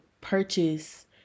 purchase